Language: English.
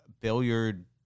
billiard